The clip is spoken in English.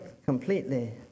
Completely